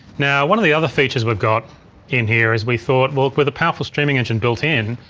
now one of the other features we've got in here is we thought well with a powerful streaming engine built in.